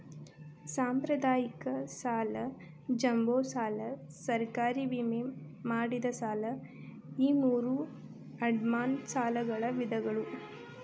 ಸಾಂಪ್ರದಾಯಿಕ ಸಾಲ ಜಂಬೋ ಸಾಲ ಸರ್ಕಾರಿ ವಿಮೆ ಮಾಡಿದ ಸಾಲ ಈ ಮೂರೂ ಅಡಮಾನ ಸಾಲಗಳ ವಿಧಗಳ